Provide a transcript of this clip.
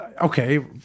okay